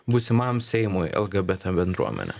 būsimam seimui lgbt bendruomenė